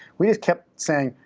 we just kept saying,